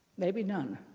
maybe none,